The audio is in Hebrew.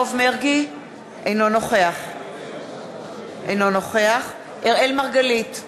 אינו נוכח אראל מרגלית,